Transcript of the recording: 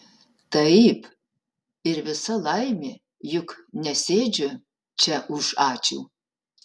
taip ir visa laimė juk nesėdžiu čia už ačiū